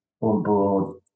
on-board